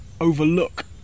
overlook